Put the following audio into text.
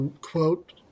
quote